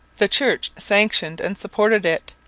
the church sanctioned and supported it.